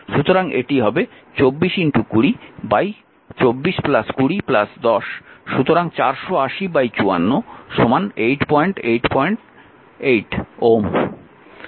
সুতরাং এটি হবে 242024 20 10 সুতরাং 48054 8888 Ω